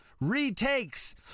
retakes